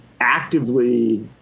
actively